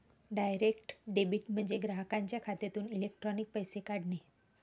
direct debit म्हणजे ग्राहकाच्या खात्यातून इलेक्ट्रॉनिक पैसे काढणे